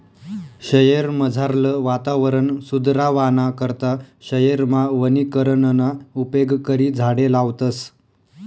शयेरमझारलं वातावरण सुदरावाना करता शयेरमा वनीकरणना उपेग करी झाडें लावतस